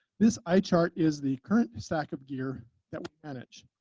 this i-chart is the current stack of gear that we manage.